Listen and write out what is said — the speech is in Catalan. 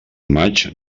maig